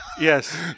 Yes